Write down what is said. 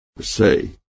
say